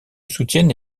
soutiennent